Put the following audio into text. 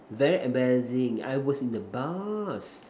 very embarrassing I was in the bus